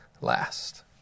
last